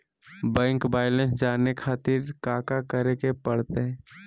Bank balance जाने खातिर काका करे पड़तई?